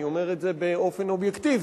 אני אומר את זה באופן אובייקטיבי.